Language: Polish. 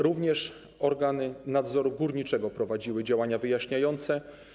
Również organy nadzoru górniczego prowadziły działania wyjaśniające.